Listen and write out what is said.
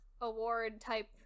award-type